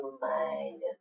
mind